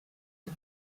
you